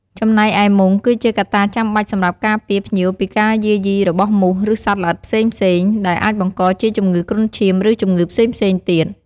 ចំណែកឯមុង គឺជាកត្តាចាំបាច់សម្រាប់ការពារភ្ញៀវពីការយាយីរបស់មូស ឬសត្វល្អិតផ្សេងៗ ដែលអាចបង្កជាជំងឺគ្រុនឈាម ឬជំងឺផ្សេងៗទៀត។